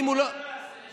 מה זה לא יעשו?